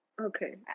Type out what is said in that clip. okay